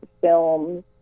films